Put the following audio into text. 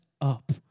up